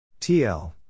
TL